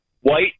White